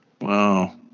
Wow